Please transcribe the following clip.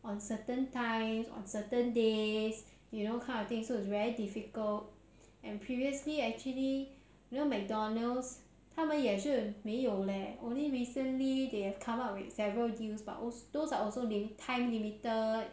on certain times on certain days you know that kind of thing so it's very difficult and previously actually you know McDonald's 他们也是没有 leh only recently they have come up with several deals but also those are also time limited